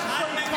לא להפריע.